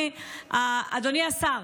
אדוני השר,